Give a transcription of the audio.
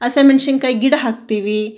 ಹಸಿಮೆಣ್ಸಿನ್ಕಾಯ್ ಗಿಡ ಹಾಕ್ತೀವಿ